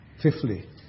Fifthly